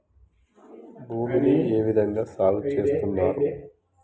భూమిని ఏ విధంగా సాగు చేస్తున్నారు?